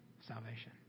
salvation